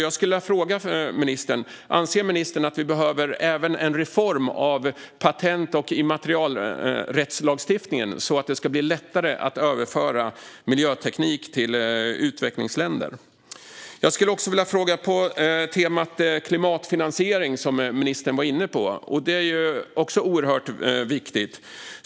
Jag skulle därför vilja fråga ministern: Anser ministern att vi även behöver en reform av patent och immaterialrättslagstiftningen så att det blir lättare att överföra miljöteknik till utvecklingsländer? Jag skulle också vilja ställa en fråga på temat klimatfinansiering, som ministern var inne på och som också är oerhört viktigt.